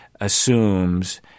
assumes